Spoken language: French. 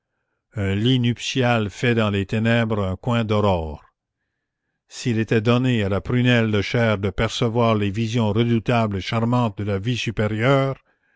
un lit nuptial fait dans les ténèbres un coin d'aurore s'il était donné à la prunelle de chair de percevoir les visions redoutables et charmantes de la vie supérieure